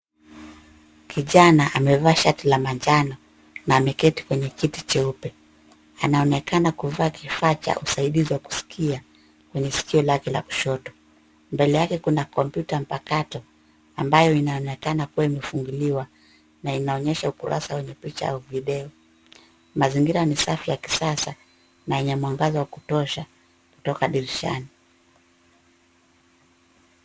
Kijana amevaa shati la manjano na ameketi kwenye kiti cheupe. Anaonekana kuvaa kifaa cha usaidizi wa kusikia, kwenye sikio lake la kushoto. Mbele yake kuna kompyuta mpakato, ambayo inaonekana kuwa imefunguliwa na inaonyesha ukurasa wenye picha au video. Mazingira ni safi ya kisasa na yenye mwangaza wa kutosha kutoka dirishani.